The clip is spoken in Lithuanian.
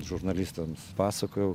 žurnalistams pasakojau